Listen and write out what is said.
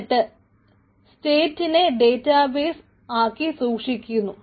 എന്നിട്ട് സ്റ്റേറ്റിനെ ഡേറ്റാബേസ് ആക്കി സൂക്ഷിക്കുന്നു